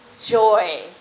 joy